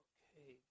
Okay